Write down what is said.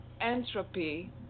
Entropy